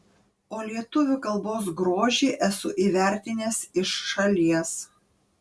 o lietuvių kalbos grožį esu įvertinęs iš šalies